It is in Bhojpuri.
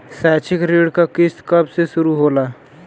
शैक्षिक ऋण क किस्त कब से शुरू होला?